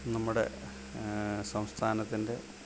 നമ്മുടെ സംസ്ഥാനത്തിൻ്റെ